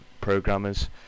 programmers